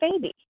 baby